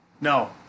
No